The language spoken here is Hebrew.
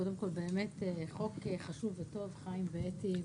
קודם כול באמת חוק חשוב וטוב חיים ואתי,